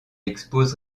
expose